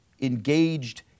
engaged